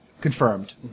confirmed